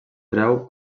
treu